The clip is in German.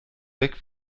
weg